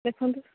ଦେଖନ୍ତୁ